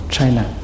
China